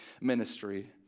ministry